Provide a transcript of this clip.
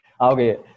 Okay